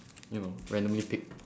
you know randomly pick